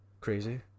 crazy